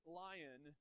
lion